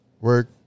work